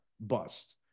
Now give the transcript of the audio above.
Bust